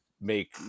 make